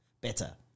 better